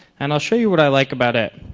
and i'll show you what i like about it.